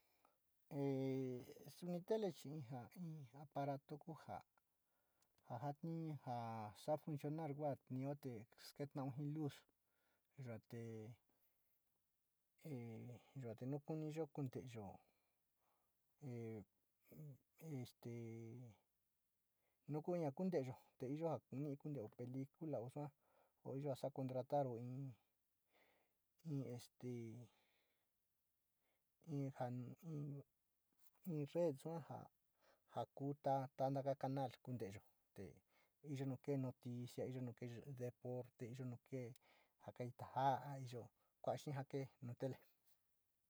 Suni tele chi in ja aparato ku ja jatinu ja ja sa´a funcionar kua te sketao ji luz yuate, yuate ñu ku iyo kunteeyo este nu kuniyo kenteeyo te iyo konio kuntteyo pelicula osaa o yo saa contarito in este in ja in in red suu jo ku tea taka canal inteyo te iyo nu kee kea matatinu, iyo nu kee deporte, iyo nu kee ja kajita ja´a iyo, kua´a xee ja kee nu tele.